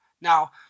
Now